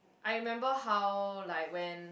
I remember how like when